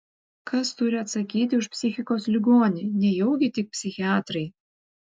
kas turi atsakyti už psichikos ligonį nejaugi tik psichiatrai